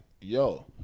yo